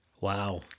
wow